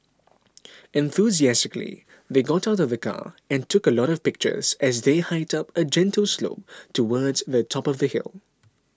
enthusiastically they got out of the car and took a lot of pictures as they hiked up a gentle slope towards the top of the hill